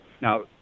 Now